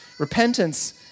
Repentance